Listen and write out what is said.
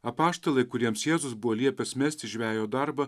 apaštalai kuriems jėzus buvo liepęs mesti žvejo darbą